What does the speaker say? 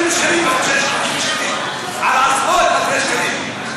על עשרות-אלפי שקלים.